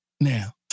now